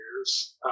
years